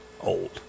old